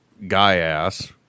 guy-ass